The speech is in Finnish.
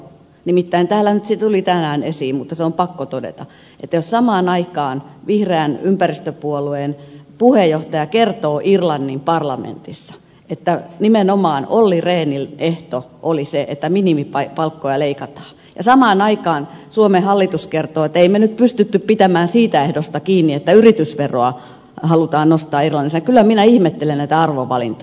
nimittäin täällä se tuli tänään esiin mutta se on pakko todeta että jos samaan aikaan vihreän ympäristöpuolueen puheenjohtaja kertoo irlannin parlamentissa että nimenomaan olli rehnin ehto oli se että minimipalkkoja leikataan ja samaan aikaan suomen hallitus kertoo että emme me pystyneet pitämään siitä ehdosta kiinni että yritysveroa nostettaisiin irlannissa niin kyllä minä ihmettelen näitä arvovalintoja